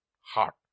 heart